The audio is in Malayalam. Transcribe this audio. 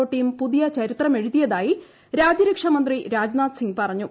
ഒ ടീം പുതീയ ചരിത്രമെഴുതിയതായി രാജ്യരക്ഷാ മന്ത്രി രാജ്നാഥ് സിംഗ് പറഞ്ഞു